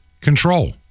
Control